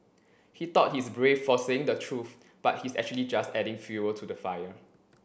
he thought he's brave for saying the truth but he's actually just adding fuel to the fire